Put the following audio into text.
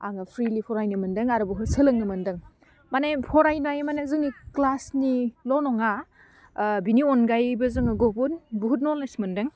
आङो फ्रिलि फरायनो मोनदों आरो बुहुत सोलोंनो मोनदों माने फरायनाय माने जोंनि क्लासनिल' नङा ओह बेनि अनगायैबो जोङो गुबुन बुहुत नलेज मोनदों